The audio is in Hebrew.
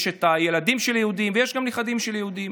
יש את הילדים של יהודים ויש גם נכדים של יהודים.